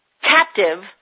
captive